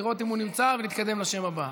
לראות אם הוא נמצא ולהתקדם לשם הבא.